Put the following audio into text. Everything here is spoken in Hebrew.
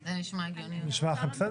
זה נשמע לכם בסדר?